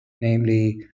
namely